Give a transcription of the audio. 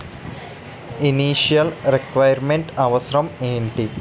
Initial requirement అవసరం ఎంటి?